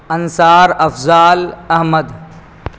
Ansar Afzal Ahmad